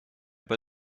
pas